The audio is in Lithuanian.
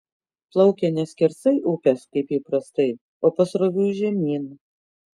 plaukia ne skersai upės kaip įprastai o pasroviui žemyn